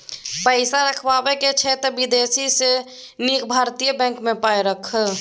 पैसा रखबाक छौ त विदेशी सँ नीक भारतीय बैंक मे पाय राख